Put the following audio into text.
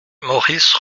maurice